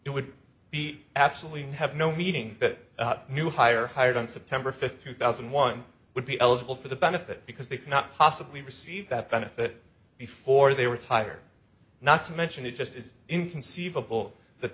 it would be absolutely have no meeting that new hire hired on september fifth two thousand and one would be eligible for the benefit because they cannot possibly receive that benefit before they were tired not to mention it just is inconceivable that